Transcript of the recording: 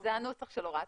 זה הנוסח של הוראת